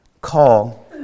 call